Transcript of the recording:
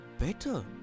better